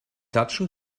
klatschen